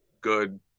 good